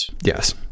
Yes